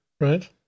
Right